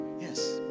yes